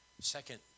Second